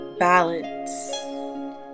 balance